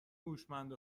هوشمند